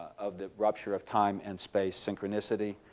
of the rupture of time and space, synchronicity.